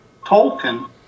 Tolkien